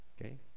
Okay